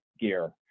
gear